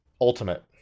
Ultimate